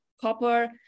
copper